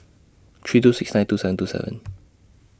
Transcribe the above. three two six nine two seven two seven